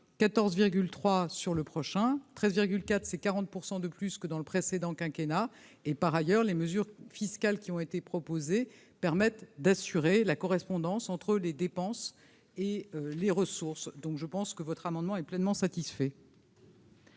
14 3 sur le prochain 13 4 c'est 40 pourcent de plus que dans le précédent quinquennat et par ailleurs, les mesures fiscales qui ont été proposées permettent d'assurer la correspondance entre les dépenses et les ressources, donc je pense que votre amendement est pleinement satisfait.